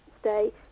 stay